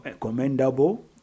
commendable